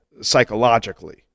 psychologically